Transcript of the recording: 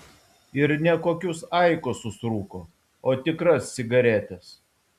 ir ne kokius aikosus rūko o tikras cigaretes